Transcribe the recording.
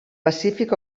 pacífic